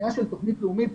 בבנייה של תוכנית לאומית,